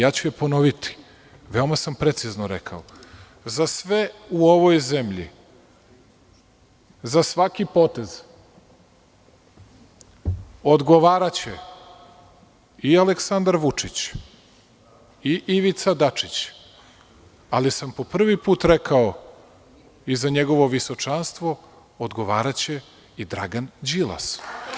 Ja ću je ponoviti, veoma sam precizno rekao – za sve u ovoj zemlji, za svaki potez odgovaraće i Aleksandar Vučić i Ivica Dačić, ali sam po prvi put rekao i za njegovo visočanstvo odgovaraće i Dragan Đilas.